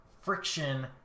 friction